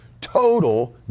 total